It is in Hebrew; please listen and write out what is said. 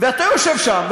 ואתה יושב שם,